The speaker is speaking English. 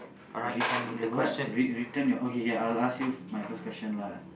what if the what read written your okay okay I'll ask you my first question lah